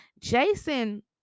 Jason